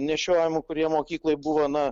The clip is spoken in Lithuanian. nešiojamų kurie mokyklai buvo na